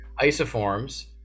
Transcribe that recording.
isoforms